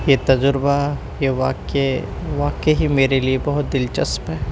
یہ تجربہ یہ واقع واقع ہی میرے لیے بہت دلچسپ ہے